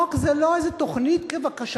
החוק זה לא איזו תוכנית כבקשתך,